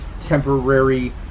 temporary